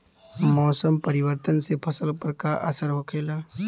मौसम परिवर्तन से फसल पर का असर होखेला?